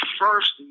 first